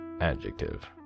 adjective